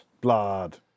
Blood